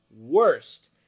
worst